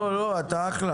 לא, לא, אתה אחלה.